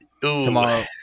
tomorrow